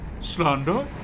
Slander